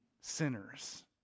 sinners